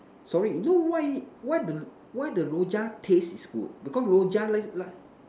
sorry you know why why the why the Rojak taste is good because Rojak like last